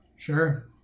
Sure